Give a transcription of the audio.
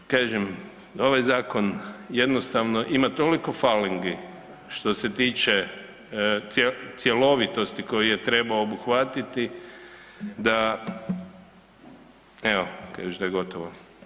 Kažem ovaj zakon jednostavno ima toliko falingi što se tiče cjelovitosti koju je trebao obuhvatiti da evo, kaže da je gotovo.